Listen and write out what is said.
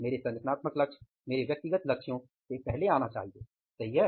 मेरे संगठनात्मक लक्ष्य मेरे व्यक्तिगत लक्ष्यों से पहले आना चाहिए सही है